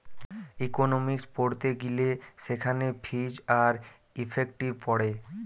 economics পড়তে গিলে সেখানে ফিজ আর ইফেক্টিভ পড়ে